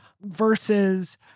versus